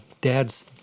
dad's